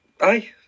Aye